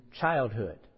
childhood